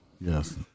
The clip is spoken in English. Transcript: Yes